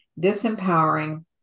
disempowering